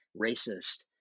racist